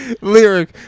Lyric